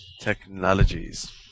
Technologies